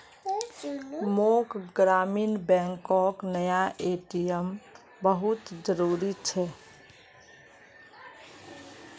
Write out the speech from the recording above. मोक ग्रामीण बैंकोक नया ए.टी.एम बहुत जरूरी छे